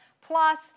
plus